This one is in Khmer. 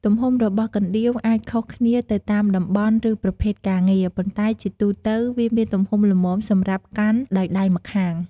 ទំហំរបស់កណ្ដៀវអាចខុសគ្នាទៅតាមតំបន់ ឬប្រភេទការងារ ប៉ុន្តែជាទូទៅវាមានទំហំល្មមសម្រាប់កាន់ដោយដៃម្ខាង។